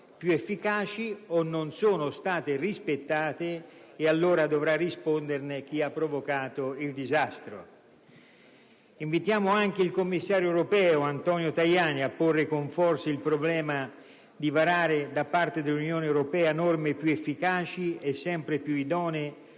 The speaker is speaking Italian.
più efficaci, oppure non sono state rispettate e allora dovrà risponderne chi ha provocato il disastro. Invitiamo anche il commissario europeo Antonio Tajani a porre con forza la necessità che vengano varate dall'Unione europea norme più efficaci e più idonee